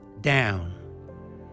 down